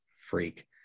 Freak